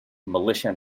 militia